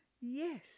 Yes